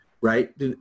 right